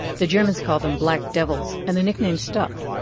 the germans called them black devils, and the nickname stuck.